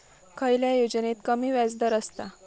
खयल्या योजनेत कमी व्याजदर असता?